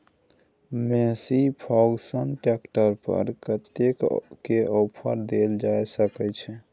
Massey Ferguson tractor पर कतेक के ऑफर देल जा सकै छै?